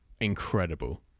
incredible